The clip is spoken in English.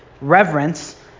reverence